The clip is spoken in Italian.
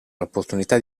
l’opportunità